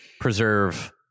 preserve